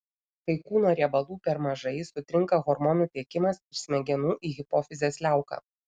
kai kūno riebalų per mažai sutrinka hormonų tiekimas iš smegenų į hipofizės liauką